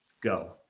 go